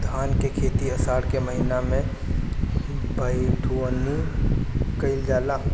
धान के खेती आषाढ़ के महीना में बइठुअनी कइल जाला?